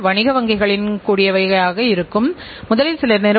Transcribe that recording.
அரசாங்க சேவைகளில் தரம் குறைவான மற்றும் தாமதமாகும் சேவைகள் இருப்பதாக கூறுகிறார்கள்